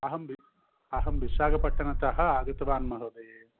अहं अहं विशाखपट्टणतः आगतवान् महोदय